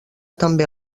també